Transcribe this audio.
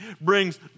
brings